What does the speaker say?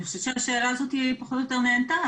אני חושבת שהשאלה הזאת היא פחות או יותר נענתה,